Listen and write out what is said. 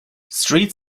street